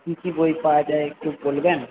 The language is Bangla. কি কি বই পাওয়া যায় একটু বলবেন